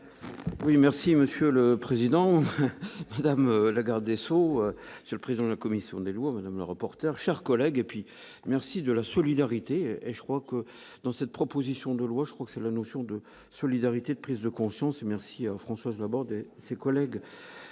Oui merci monsieur le président, Mesdames, la garde des Sceaux, c'est le président de la commission des lois, âme reporters chers collègues et puis merci de la solidarité et je crois que dans cette proposition de loi, je crois que c'est la notion de solidarité, de prise de conscience et merci Françoise Laborde et ses collègues